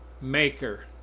maker